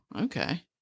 okay